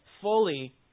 fully